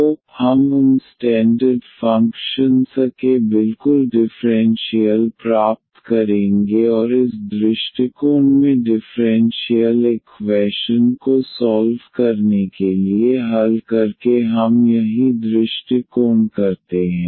तो हम उन स्टैंडर्ड फंक्शन ्स के बिल्कुल डिफ़्रेंशियल प्राप्त करेंगे और इस दृष्टिकोण में डिफ़्रेंशियल इक्वैशन को सॉल्व करने के लिए हल करके हम यही दृष्टिकोण करते हैं